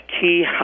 key